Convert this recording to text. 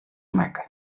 makke